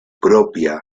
propia